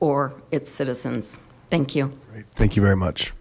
or its citizens thank you thank you very much